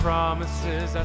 promises